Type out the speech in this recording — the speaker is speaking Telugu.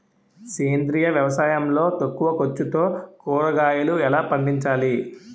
సేంద్రీయ వ్యవసాయం లో తక్కువ ఖర్చుతో కూరగాయలు ఎలా పండించాలి?